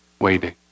waiting